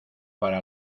para